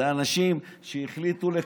הם אנשים שהחליטו,